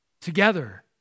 Together